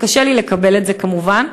קשה לי לקבל את זה, כמובן.